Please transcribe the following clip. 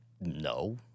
no